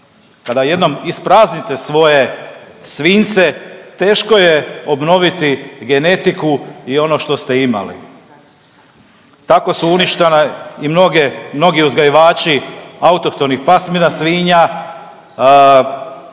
kada jednom ispraznite svoje svinjce teško je obnoviti genetiku i ono to ste imali. Tako su uništeni i mnogi uzgajivači autohtonih pasmina svinja,